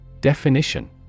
Definition